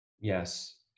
Yes